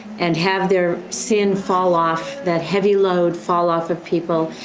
and have their sin fall off, that heavy load fall off of people,